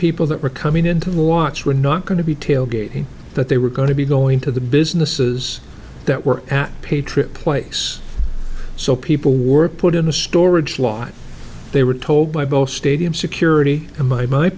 people that were coming in to watch were not going to be tailgating that they were going to be going to the businesses that were at paid trip place so people were put in a storage lot they were told by both stadium security and my m